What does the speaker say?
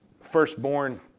Firstborn